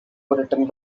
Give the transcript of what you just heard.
written